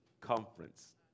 conference